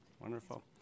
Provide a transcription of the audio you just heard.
Wonderful